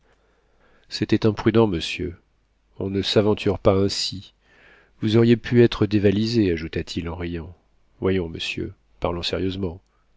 c'était imprudent monsieur on ne s'aventure pas ainsi vous auriez pu être dévalisé ajouta-t-il en riant voyons monsieur parlons sérieusement